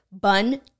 bun